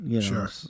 Sure